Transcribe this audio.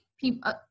people